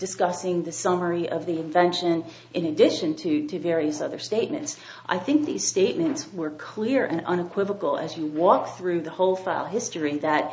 discussing the summary of the invention in addition to various other statements i think these statements were clear and unequivocal as you walk through the whole file history that